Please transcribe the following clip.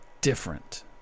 different